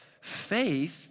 faith